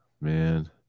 Man